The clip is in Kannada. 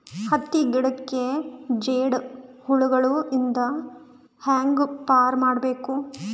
ಹತ್ತಿ ಗಿಡಕ್ಕೆ ಜೇಡ ಹುಳಗಳು ಇಂದ ಹ್ಯಾಂಗ್ ಪಾರ್ ಮಾಡಬೇಕು?